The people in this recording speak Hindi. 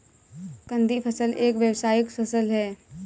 कंदीय फसल एक व्यावसायिक फसल है